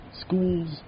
schools